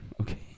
Okay